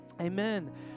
amen